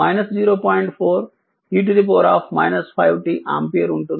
4 e 5 t ampere ఉంటుంది